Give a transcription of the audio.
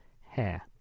hair